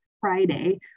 Friday